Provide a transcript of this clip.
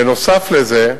בנוסף לזה,